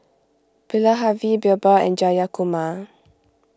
Bilahari Birbal and Jayakumar